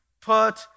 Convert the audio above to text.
put